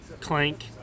Clank